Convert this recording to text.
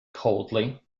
coldly